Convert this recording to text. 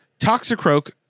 Toxicroak